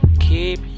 keep